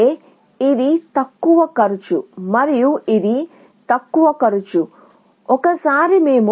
ఈ క్షణం మేము ఈ నోడ్ను 13 తో విస్తరించినప్పుడు మేము కట్టుబడి ఉంటాము మేము 19 తో ఈ నోడ్ లేదా 16 తో ఈ నోడ్ 16 తో ఈ నోడ్ లేదా 23 తో ఈ నోడ్ పట్ల ఆసక్తి చూపడం లేదు